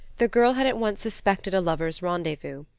the girl had at once suspected a lovers' rendezvous.